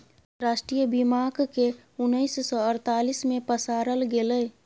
राष्ट्रीय बीमाक केँ उन्नैस सय अड़तालीस मे पसारल गेलै